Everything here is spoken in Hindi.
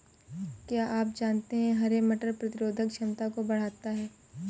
क्या आप जानते है हरे मटर प्रतिरोधक क्षमता को बढ़ाता है?